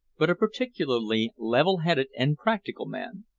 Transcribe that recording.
but a particularly level-headed and practical man.